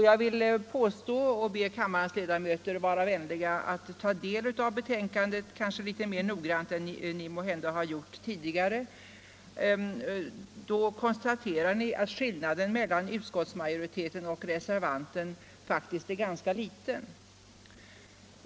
Jag vill be kammarens ledamöter vara vänliga att ta del av utskottsbetänkandet litet mera noggrant än ni måhända har gjort tidigare, ty då Konstaterar ni att skillnaden mellan utskottsmajoriteten och reservanten faktiskt är ganska liten.